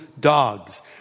dogs